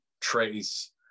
trace